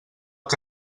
que